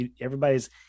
everybody's